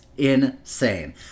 Insane